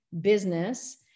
business